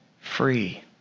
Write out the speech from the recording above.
free